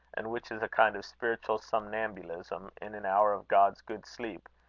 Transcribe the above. and which is a kind of spiritual somnambulism, in an hour of god's good sleep,